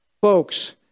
Folks